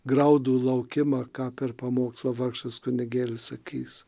graudų laukimą ką per pamokslą vargšas kunigėlis sakys